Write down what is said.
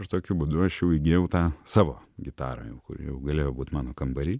ir tokiu būdu aš jau įgijau tą savo gitarą kuri jau galėjo būt mano kambary